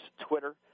Twitter